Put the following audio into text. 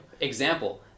example